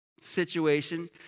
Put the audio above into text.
situation